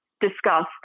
discussed